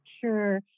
Sure